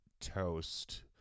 Toast